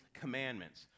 commandments